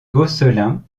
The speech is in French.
gosselin